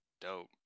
dope